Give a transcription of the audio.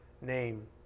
name